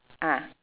ah